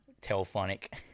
Telephonic